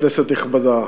כנסת נכבדה,